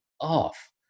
off